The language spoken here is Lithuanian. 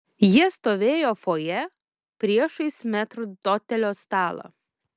jie stovėjo fojė priešais metrdotelio stalą